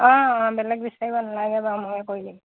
অঁ অঁ বেলেগ বিচাৰিব নালাগে বাৰু মই কৰি দিম